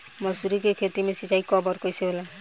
मसुरी के खेती में सिंचाई कब और कैसे होला?